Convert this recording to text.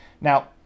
Now